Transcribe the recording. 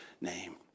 name